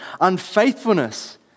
unfaithfulness